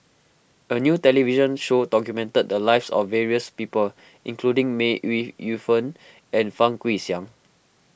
a new television show documented the lives of various people including May Ooi Yu Fen and Fang Guixiang